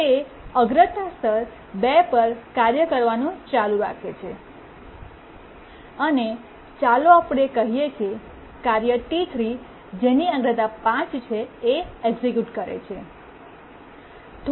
તે અગ્રતા સ્તર 2 પર કાર્ય કરવાનું ચાલુ રાખે છે અને ચાલો આપણે કહીએ કે કાર્ય T3 જેની અગ્રતા 5 છે એ એક્સિક્યૂટ કરે છે